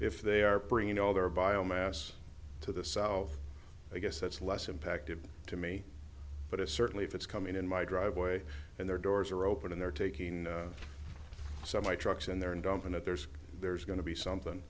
if they are bringing all their biomass to the south i guess that's less impactive to me but it's certainly if it's coming in my driveway and their doors are open and they're taking so many trucks in there and dumping it there's there's going to be something